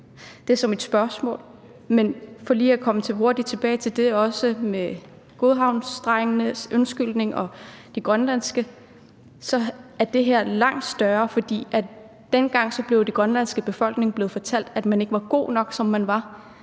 Det er mit spørgsmål. Men for lige hurtigt at komme tilbage til det med undskyldningen til godhavnsdrengene og de grønlandske børn, så er det her langt større, for dengang blev den grønlandske befolkning fortalt, at man ikke var god nok, som man var,